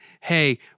Hey